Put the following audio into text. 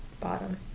bottom